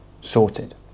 sorted